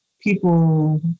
people